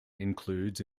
includes